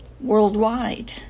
worldwide